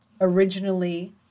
originally